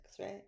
right